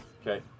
Okay